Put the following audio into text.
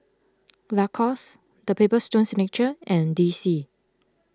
Lacoste the Paper Stone Signature and D C